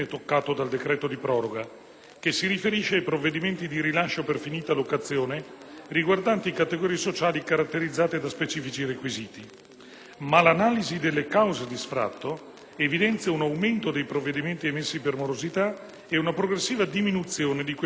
che si riferisce ai provvedimenti di rilascio per finita locazione riguardanti categorie sociali caratterizzate da specifici requisiti. Ma l'analisi delle cause di sfratto evidenzia un aumento dei provvedimenti emessi per morosità e una progressiva diminuzione di quelli emessi per finita locazione.